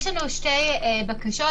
יש לנו שתי בקשות.